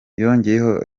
yongeyeho